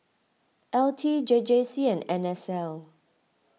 L T J J C and N S L